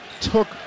took